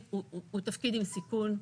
הוא תפקיד עם סיכון,